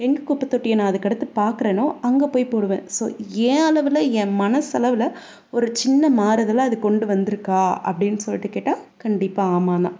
எங்கே குப்பைத் தொட்டியை நான் அதுக்கடுத்து பார்க்குறேனோ அங்கே போய் போடுவேன் ஸோ என் அளவில் என் மனசளவில் ஒரு சின்ன மாறுதலை அது கொண்டு வந்திருக்கா அப்படின்னு சொல்லிவிட்டு கேட்டால் கண்டிப்பாக ஆமாம் தான்